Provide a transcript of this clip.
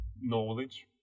knowledge